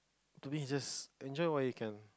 to me is just enjoy while you can